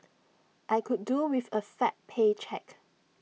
I could do with A fat paycheck